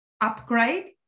upgrade